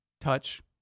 touch